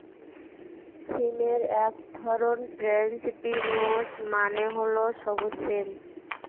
সিমের এক ধরন ফ্রেঞ্চ বিনস মানে হল সবুজ সিম